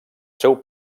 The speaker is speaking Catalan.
seu